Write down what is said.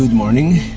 morning.